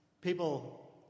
people